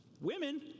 Women